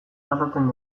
pasatzen